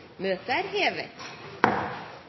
Møtet er hevet.